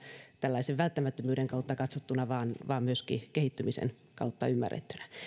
tällaisen välttämättömyyden kautta katsottuna vaan vaan myöskin kehittymisen kautta ymmärrettynä